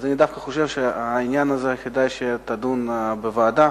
אז דווקא חשוב שהעניין הזה, כדאי שיידון בוועדה,